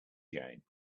jane